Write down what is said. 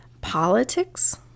politics